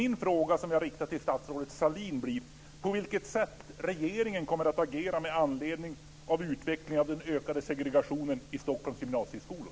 Naturligtvis vore ett arbete mot en närhetsgaranti, där man organiserar intagningarna till gymnasieskolorna så att elevgrupper möttes, en helt annan väg att motverka segregationen.